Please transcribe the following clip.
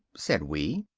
said we.